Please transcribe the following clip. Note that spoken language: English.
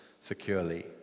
securely